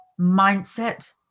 mindset